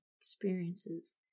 experiences